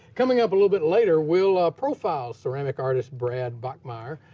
coming up a little bit later, we'll profile ceramic artist brad bachmeier,